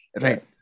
Right